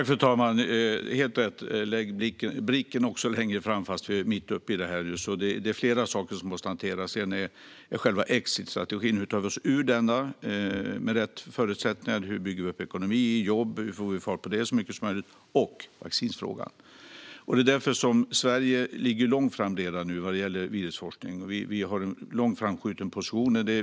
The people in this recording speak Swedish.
Fru talman! Det är helt rätt att vi ska ha blicken längre fram, fast vi nu är mitt uppe i det här. Det är flera saker som måste hanteras. En är själva exit, hur vi tar oss ur detta med rätt förutsättningar, hur vi får fart på ekonomi och jobb så mycket som möjligt och vaccinfrågan. Sverige ligger långt framme redan nu vad gäller virusforskning. Vi har en långt framskjuten position.